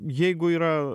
jeigu yra